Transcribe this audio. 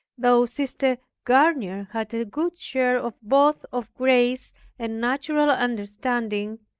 though sister garnier had a good share of both of grace and natural understanding,